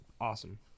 awesome